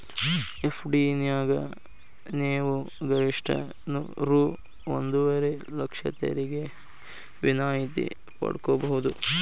FD ನ್ಯಾಗ ನೇವು ಗರಿಷ್ಠ ರೂ ಒಂದುವರೆ ಲಕ್ಷ ತೆರಿಗೆ ವಿನಾಯಿತಿ ಪಡ್ಕೊಬಹುದು